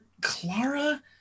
Clara